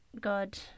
God